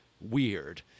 weird